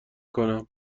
کنم